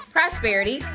prosperity